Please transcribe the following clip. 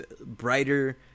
brighter